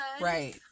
right